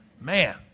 man